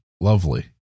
lovely